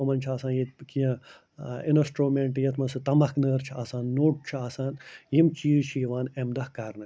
یِمَن چھِ آسان ییٚتہِ کیٚنہہ اِنَسٹرٛومٮ۪نٛٹ یَتھ منٛز سٔہ تمبَکھنٲر چھِ آسان نوٚٹ چھِ آسان یِم چیٖز چھِ یِوان اَمہِ دۄہ کرنہٕ